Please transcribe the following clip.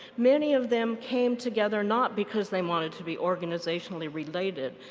many of them came together not because they wanted to be organizationally related,